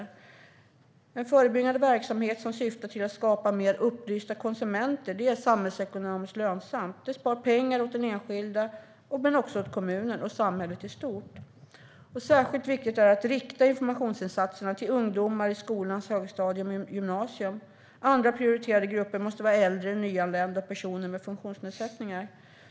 En förebyggande verksamhet som syftar till att skapa mer upplysta konsumenter är samhällsekonomiskt lönsam; den sparar pengar åt enskilda personer men också åt kommunen och samhället i stort. Särskilt viktigt är det att rikta informationsinsatser till ungdomar i skolans högstadium och gymnasium. Andra prioriterade grupper måste vara äldre, nyanlända och personer med funktionsnedsättningar.